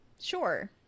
Sure